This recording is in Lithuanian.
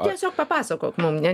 tiesiog papasakok mum ne